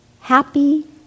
happy